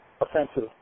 offensive